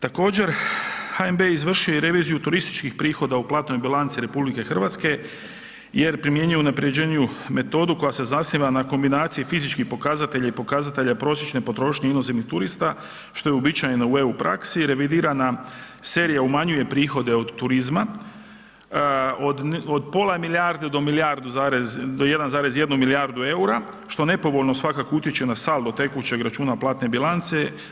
Također HNB je izvršio i reviziju turističkih prihoda u platnoj bilanci RH jer primjenjuje unaprjeđeniju metodu koja se zasniva na kombinaciji fizičkih pokazatelja i pokazatelja prosječne potrošnje inozemnih turista što je uobičajeno u EU praksi, revidirana serija umanjuje prihode od turizma, od pola milijarde do milijardu zarez, do 1,1 milijardu EUR-a što nepovoljno svakako utječe na saldo tekućeg računa platne bilance.